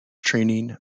training